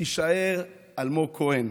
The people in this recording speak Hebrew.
שתישאר אלמוג כהן